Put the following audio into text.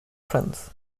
france